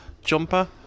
jumper